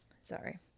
Sorry